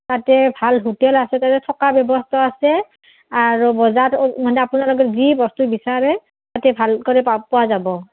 তাতে ভাল হোটেল আছে তাতে থকা ব্যৱস্থাও আছে আৰু বজাৰত মানে আপোনালোকে যি বস্তু বিচাৰে তাতে ভাল কৰি পোৱা যাব